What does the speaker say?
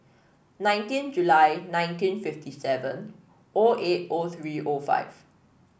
nineteen July nineteen fifty seven O eight O three O five